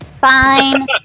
Fine